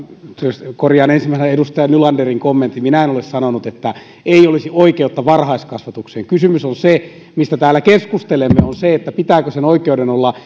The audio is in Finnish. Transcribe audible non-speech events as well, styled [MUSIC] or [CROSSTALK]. korjaan ensimmäisenä edustaja nylanderin kommentin minä en ole sanonut että ei olisi oikeutta varhaiskasvatukseen kysymys mistä täällä keskustelemme on se pitääkö sen oikeuden olla [UNINTELLIGIBLE]